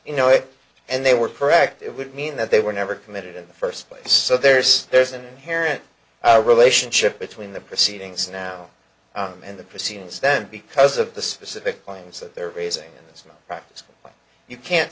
you know it and they were correct it would mean that they were never committed in the first place so there's there's an inherent relationship between the proceedings now and the proceedings then because of the specific claims that they're raising its tracks you can't